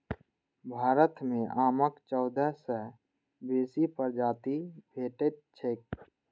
भारत मे आमक चौदह सय सं बेसी प्रजाति भेटैत छैक